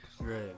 Right